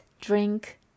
drink